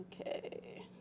Okay